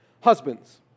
Husbands